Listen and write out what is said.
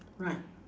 right